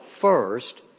first